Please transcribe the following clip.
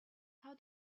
how